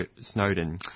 Snowden